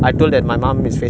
then he ask me